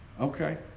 Okay